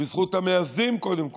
בזכות המייסדים, קודם כול,